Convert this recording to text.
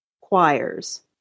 choirs